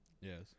yes